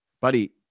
buddy